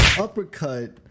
uppercut